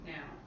Now